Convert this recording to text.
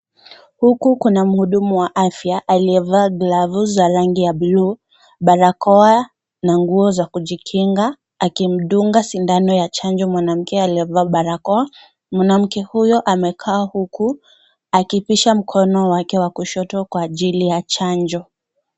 Huku kuna muhudumu wa afya aliyevaa glavu za rangi ya(cs)blue(cs), barakoa, na nguo za kijikinga, akimdunga sindano ya chanjo mwanamke aliyevaa barakoa, mwanamke huyo amekaa huku, akipisha mkono wake wa kushoto kwa ajili ya chanjo.